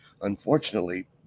unfortunately